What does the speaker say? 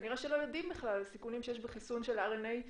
כנראה לא יודעים בכלל על הסיכונים שיש בחיסונים של רנ"א,